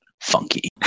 funky